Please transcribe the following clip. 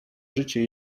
życie